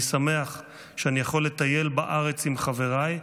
אני שמח שאני יכול לטייל בארץ עם חבריי,